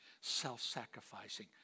self-sacrificing